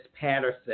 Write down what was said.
Patterson